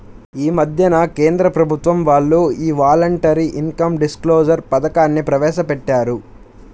యీ మద్దెనే కేంద్ర ప్రభుత్వం వాళ్ళు యీ వాలంటరీ ఇన్కం డిస్క్లోజర్ పథకాన్ని ప్రవేశపెట్టారు